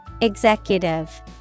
Executive